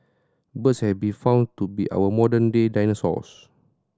birds have been found to be our modern day dinosaurs